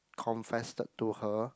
confessed to her